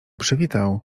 przywitał